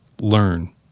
Learn